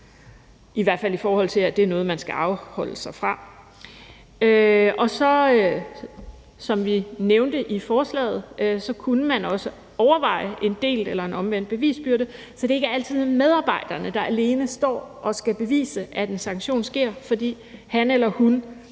i hvert fald i forhold til at det er noget, man skal afholde sig fra. Som vi har nævnt i forslaget, kunne man også overveje en delt eller en omvendt bevisbyrde, så det ikke altid er medarbejderne, der står alene og skal bevise, at en sanktion sker, fordi han eller hun